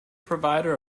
provider